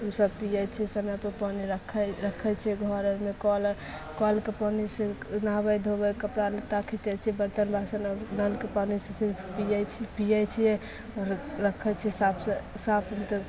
सब पीयै छै समय पर पानी रखैत रखैत छै घरआरमे कल आर कलके पानिसे नहाबैत धोबैत कपड़ा लत्ता खिचैत छियै बर्तन बासन आ नलके पानि सिर्फ पीयैत छी पीयैत छियै आओर रख रखैत छियै साफ से साफ नहि तऽ